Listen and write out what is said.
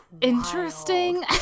interesting